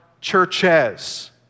churches